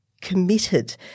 committed